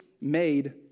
made